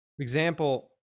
example